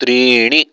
त्रीणि